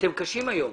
אתם קשים היום.